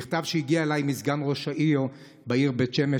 המכתב הגיע אליי מסגן ראש העיר בית שמש,